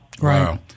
Right